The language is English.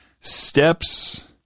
steps